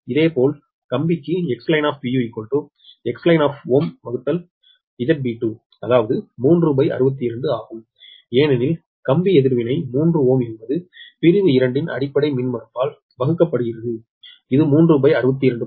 இதேபோல் கம்பிக்கு XLineXLine ZB2அதாவது 362 ஆகும் ஏனெனில் கம்பி எதிர்வினை 3Ω என்பது பிரிவு 2 இன் அடிப்படை மின்மறுப்பால் வகுக்கப்படுகிறது இது 362